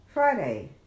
Friday